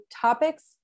topics